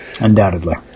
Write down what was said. undoubtedly